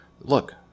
look